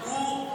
הוא,